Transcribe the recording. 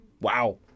Wow